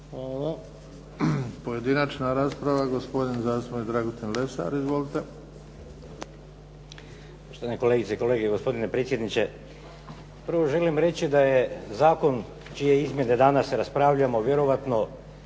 Pojedinačna rasprava. Gospodin zastupnik Dragutin Lesar. Izvolite. **Lesar, Dragutin (Nezavisni)** Poštovane kolegice i kolege, gospodine predsjedniče. Prvo želim reći da je zakon čije izmjene danas raspravljamo vjerojatno